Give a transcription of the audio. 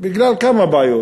בגלל כמה בעיות.